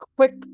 quick